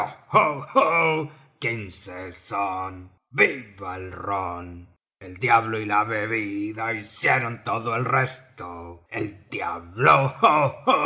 rom el diablo y la bebida hicieron todo el resto el diablo